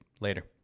Later